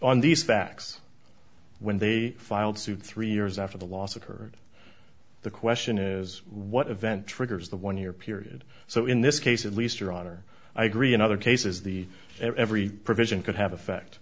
on these facts when they filed suit three years after the loss occurred the question is what event triggers the one year period so in this case at least your honor i agree in other cases the every provision could have effect